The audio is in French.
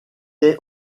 est